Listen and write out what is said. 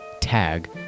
Tag